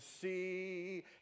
see